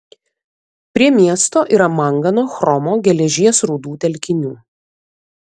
prie miesto yra mangano chromo geležies rūdų telkinių